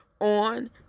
on